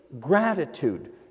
gratitude